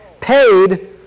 paid